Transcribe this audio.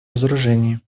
разоружении